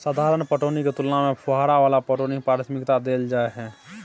साधारण पटौनी के तुलना में फुहारा वाला पटौनी के प्राथमिकता दैल जाय हय